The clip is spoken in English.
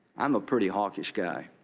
i'm a pretty hawkish guy.